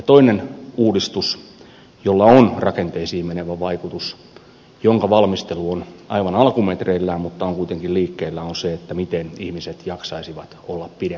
toinen uudistus jolla on rakenteisiin menevä vaikutus ja jonka valmistelu on aivan alkumetreillään mutta on kuitenkin liikkeellä liittyy siihen miten ihmiset jaksaisivat olla pidempään työssä